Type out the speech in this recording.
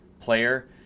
Player